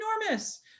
enormous